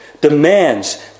demands